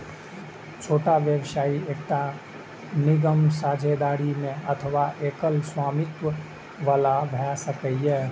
छोट व्यवसाय एकटा निगम, साझेदारी मे अथवा एकल स्वामित्व बला भए सकैए